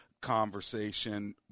conversation